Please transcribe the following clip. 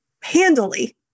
handily